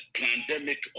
pandemic